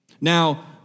Now